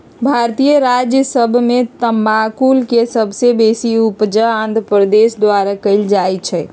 भारतीय राज्य सभ में तमाकुल के सबसे बेशी उपजा आंध्र प्रदेश द्वारा कएल जाइ छइ